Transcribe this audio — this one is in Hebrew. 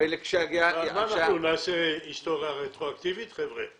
--- נעשה היסטוריה רטרואקטיבית, חבר'ה?